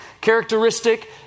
characteristic